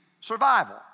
survival